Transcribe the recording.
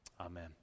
Amen